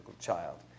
child